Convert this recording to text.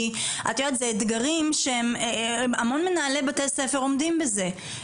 כי זה אתגרים שהמון מנהלי בתי ספר עומדים בזה,